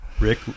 Rick